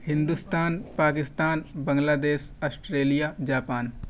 Hindustan Pakistan Bangladesh Australia Japan